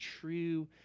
true